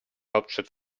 hauptstadt